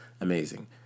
amazing